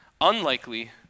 unlikely